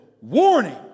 warning